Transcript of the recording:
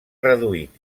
reduït